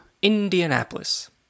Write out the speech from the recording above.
Indianapolis